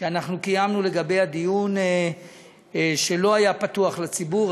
שקיימנו לגביה דיון שלא היה פתוח לציבור.